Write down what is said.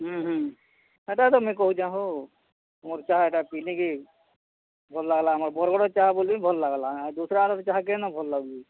ହୁଁ ହୁଁ ହେଟା ତ ମୁଇଁ କହୁଛେଁ ହୋ ତମର୍ ଚାହା ଏଟା ପିଇଲିଁ କି ଭଲ୍ ଲାଗ୍ଲା ଆମ ବରଗଡ଼ର ଚାହା ବୋଲି ଭଲ୍ ଲାଗ୍ଲା ଆର ଦୁସ୍ରାର ଯେ ଚାହା କେନ ଭଲ୍ ଲାଗୁଛି